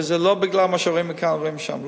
וזה לא בגלל מה שרואים מכאן ורואים משם,